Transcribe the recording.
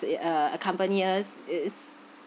to it uh accompany us is